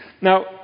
Now